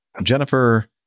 Jennifer